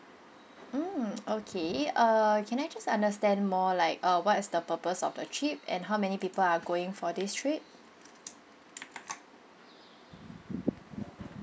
mm okay err can I just understand more like uh what's the purpose of the trip and how many people are going for this trip